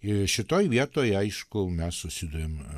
šitoj vietoj aišku mes susiduriam